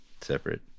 separate